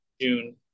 June